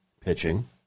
pitching